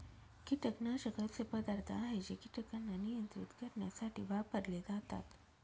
कीटकनाशक असे पदार्थ आहे जे कीटकांना नियंत्रित करण्यासाठी वापरले जातात